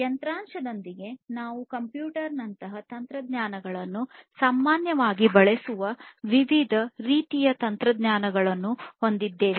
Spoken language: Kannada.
ಹಾರ್ಡ್ವೇರ್ ದೊಳಗೆ ನಾವು ಕಂಪ್ಯೂಟರ್ ನಂತಹ ತಂತ್ರಜ್ಞಾನಗಳನ್ನು ಸಾಮಾನ್ಯವಾಗಿ ಬಳಸುವ ವಿವಿಧ ರೀತಿಯ ತಂತ್ರಜ್ಞಾನಗಳನ್ನು ಹೊಂದಿದ್ದೇವೆ